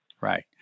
Right